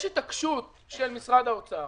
יש התעקשות של משרד האוצר,